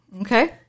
okay